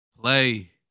play